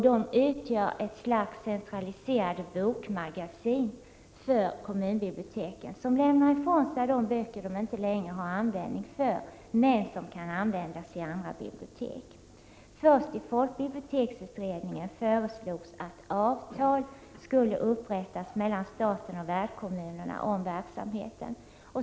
De utgör ett slags centraliserade bokmagasin för kommunbiblioteken, som lämnar ifrån sig de böcker som de inte längre har användning för men som kan användas i andra bibliotek. Först i folkbiblioteksutredningen föreslogs att avtal skulle upprättas mellan staten och värdkommunerna om verksamheten.